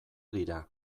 dira